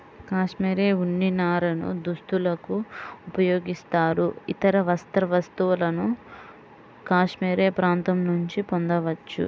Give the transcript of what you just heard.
cashmere ఉన్ని నారను దుస్తులకు ఉపయోగిస్తారు, ఇతర వస్త్ర వస్తువులను కాష్మెరె ప్రాంతం నుండి పొందవచ్చు